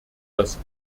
das